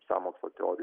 sąmokslo teorijų